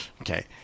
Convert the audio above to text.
Okay